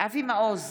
אבי מעוז,